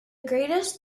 greatest